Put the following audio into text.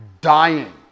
dying